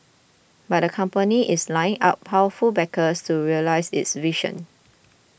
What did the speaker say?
but the company is lining up powerful backers to realise its vision